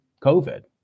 COVID